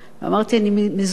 אמרתי, אני מזועזעת.